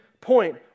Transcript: point